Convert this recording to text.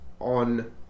on